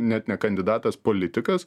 net ne kandidatas politikas